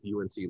UNC